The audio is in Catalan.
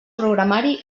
programari